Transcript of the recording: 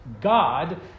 God